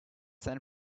san